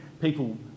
People